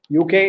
UK